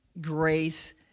grace